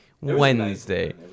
Wednesday